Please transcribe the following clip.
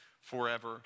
forever